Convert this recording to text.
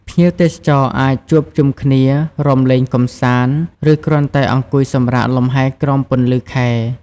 ភ្ញៀវទេសចរអាចជួបជុំគ្នា រាំលេងកម្សាន្ត ឬគ្រាន់តែអង្គុយសម្រាកលំហែក្រោមពន្លឺខែ។